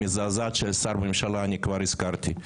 המזעזעת של שר בממשלה אני כבר הזכרתי.